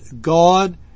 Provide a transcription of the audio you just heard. God